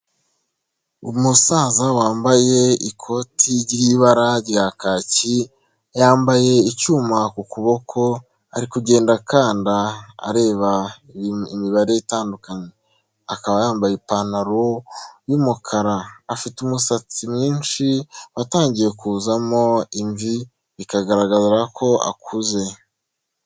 Umusaza wambaye ikoti ry'ibara rya kaki, yambaye icyuma ku kuboko ari kugenda akanda areba imibare itandukanye, akaba yambaye ipantaro y'umukara, afite umusatsi mwinshi watangiye kuzamo imvi bikagaragara ko akuze.